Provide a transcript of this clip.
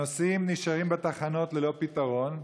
הנוסעים נשארים בתחנות ללא פתרון,